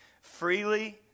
freely